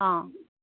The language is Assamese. অঁ